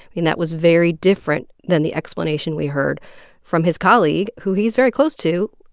and that was very different than the explanation we heard from his colleague who he's very close to,